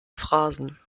phrasen